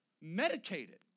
medicated